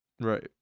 Right